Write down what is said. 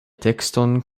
tekston